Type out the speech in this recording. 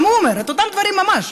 גם הוא אומר את אותם דברים ממש.